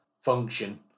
function